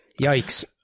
Yikes